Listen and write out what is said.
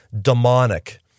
demonic